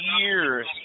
years